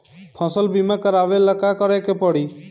फसल बिमा करेला का करेके पारी?